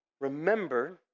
remember